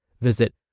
Visit